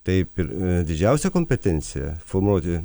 taip ir didžiausia kompetencija formuoti